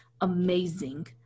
amazing